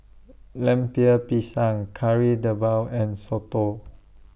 Lemper Pisang Kari Debal and Soto